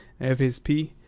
FSP